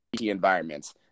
environments